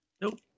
Nope